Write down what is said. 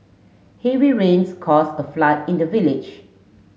heavy rains caused a flood in the village